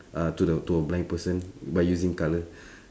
uh to the to a blind person by using colour